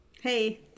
hey